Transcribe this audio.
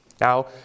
Now